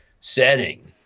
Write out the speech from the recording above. setting